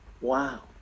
Wow